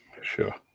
Sure